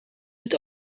het